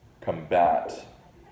combat